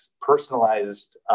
personalized